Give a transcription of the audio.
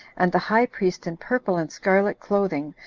and the high priest in purple and scarlet clothing,